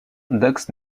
dax